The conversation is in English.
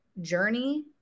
journey